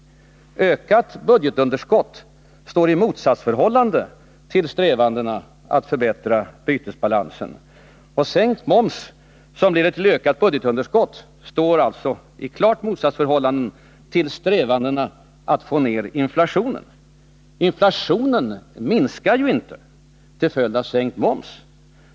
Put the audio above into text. Ett ökat budgetunderskott står i motsatsförhållande till strävandena att förbättra bytesbalansen. Sänkt moms, som leder till ökat budgetunderskott, står alltså i ett klart motsatsförhållande till strävandena att få ned inflationen. Inflationen minskar ju inte till följd av sänkt moms.